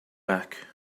back